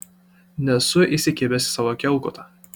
nesu įsikibęs į savo kiaukutą